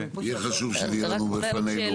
חשוב שזה יהיה לנו לפנינו.